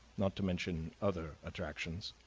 not to mention other attractions.